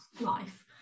life